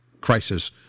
crisis